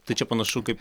tai čia panašu kaip